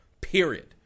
Period